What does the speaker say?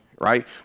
right